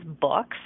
books